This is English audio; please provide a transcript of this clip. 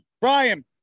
Brian